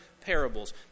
parables